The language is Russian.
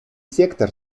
сектор